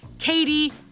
Katie